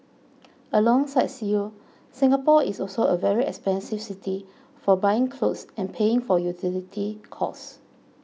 alongside Seoul Singapore is also a very expensive city for buying clothes and paying for utility costs